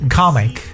Comic